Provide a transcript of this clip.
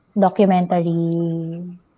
documentary